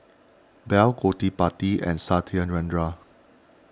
bell Gottipati and Satyendra